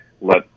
Let